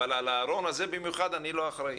אבל על הארון הזה במיוחד אני לא אחראי.